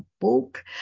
book